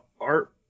art